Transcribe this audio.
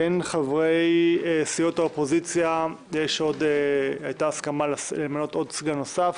בין חברי סיעות האופוזיציה הייתה הסכמה למנות סגן נוסף.